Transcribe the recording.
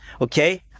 Okay